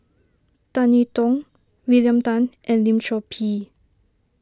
Tan I Tong William Tan and Lim Chor Pee